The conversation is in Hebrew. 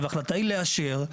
וההחלטה היא לאשר,